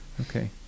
Okay